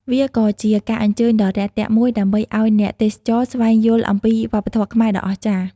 វាក៏ជាការអញ្ជើញដ៏រាក់ទាក់មួយដើម្បីឲ្យអ្នកទេសចរស្វែងយល់អំពីវប្បធម៌ខ្មែរដ៏អស្ចារ្យ។